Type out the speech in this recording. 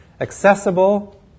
Accessible